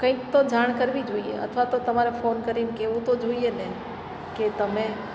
કંઇક તો જાણ કરવી જોઈએ અથવા તો તમારે ફોન કરીને કહેેવું તો જોઈએ ને કે તમે